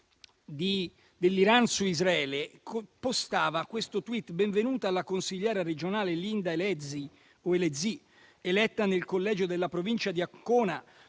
dell'Iran su Israele, lei postava il seguente *tweet:* «Benvenuta alla consigliera regionale Linda Elezi, eletta nel collegio della Provincia di Ancona.